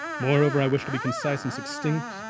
moreover i wish to be concise and suxtinct,